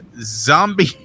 zombie